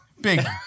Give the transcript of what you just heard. Big